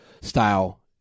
style